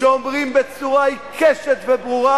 שאומרים בצורה עיקשת וברורה: